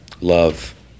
love